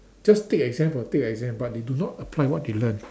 just take exam for take exam but they do not apply what they learn